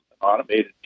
automated